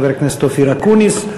חבר הכנסת אופיר אקוניס.